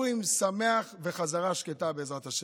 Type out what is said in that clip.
פורים שמח וחזרה שקטה, בעזרת השם.